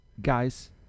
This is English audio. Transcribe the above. guys